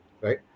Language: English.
right